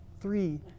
three